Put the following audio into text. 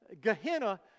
Gehenna